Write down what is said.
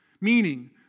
Meaning